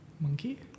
Monkey